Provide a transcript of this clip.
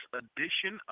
edition